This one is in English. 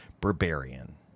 Barbarian